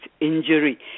injury